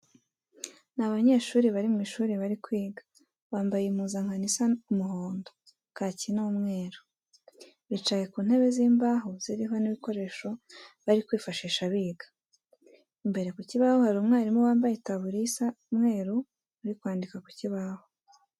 Ni abanyeshuri bari mu ishuri bari kwiga, bambaye impuzankano isa umuhondo, kake n'umweru. Bicaye ku ntebe z'imbaho ziriho n'ibikoresho bari kwifashisha biga. Imbere ku kibaho hari umwarimu wambaye itaburiya isa umweru uri kwandika ku kibaho.